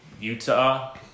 Utah